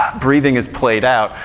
breathing is played out,